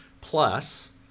Plus